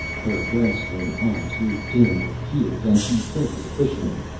her grass-green eyes grew dim with tears, and she said to the fisherman,